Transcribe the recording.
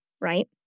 right